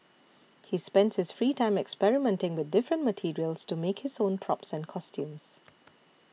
he spends his free time experimenting with different materials to make his own props and costumes